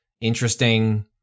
interesting